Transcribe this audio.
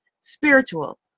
Spiritual